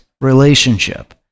relationship